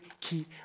keep